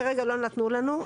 כרגע לא נתנו לנו.